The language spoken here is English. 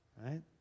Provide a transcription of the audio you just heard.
right